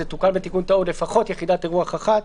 זה תוקן בתיקון טעות - יחידת אירוח אחת,